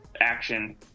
action